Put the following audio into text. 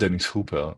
דניס הופר,